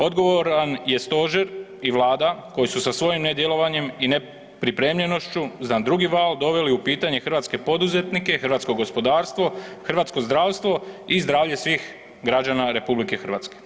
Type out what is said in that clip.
Odgovoran je stožer i Vlada koji su sa svojim nedjelovanjem i nepripremljenošću na drugi val doveli u pitanje hrvatske poduzetnike, hrvatsko gospodarstvo, hrvatsko zdravstvo i zdravlje svih građana RH.